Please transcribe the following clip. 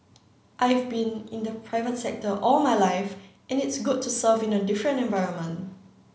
I've been in the private sector all my life and it's good to serve in a different environment